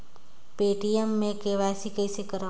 Paytm मे KYC कइसे करव?